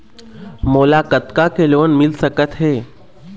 मोला कतका के लोन मिल सकत हे?